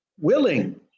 willing